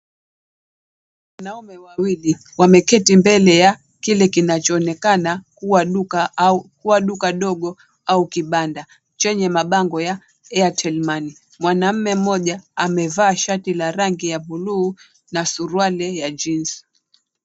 Wanaume wawili wameketi mbele ya kile kinachoonekana kuwa duka au duka dogo au kibanda chenye mabango ya airtel money . Mwanaume mmoja amevaa shati la rangi ya bluu na suruali ya jeans .